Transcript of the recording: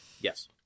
Yes